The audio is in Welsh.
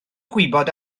gwybod